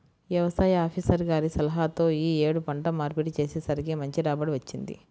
యవసాయ ఆపీసర్ గారి సలహాతో యీ యేడు పంట మార్పిడి చేసేసరికి మంచి రాబడి వచ్చింది